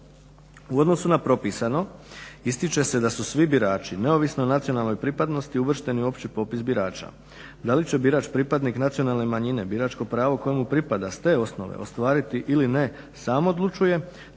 U odnosu na propisano ističe se da su svi birači neovisno o nacionalnoj pripadnosti uvršteni u opći popis birača. Da li će birač pripadnik nacionalne manjine biračko pravo koje mu pripada s te osnove ostvariti ili ne sam odlučuje